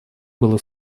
было